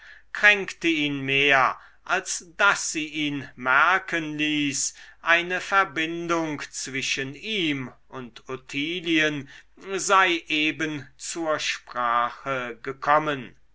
kränkte ihn mehr als daß sie ihn merken ließ eine verbindung zwischen ihm und ottilien sei eben zur sprache gekommen